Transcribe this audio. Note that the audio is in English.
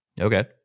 okay